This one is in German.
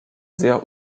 sehr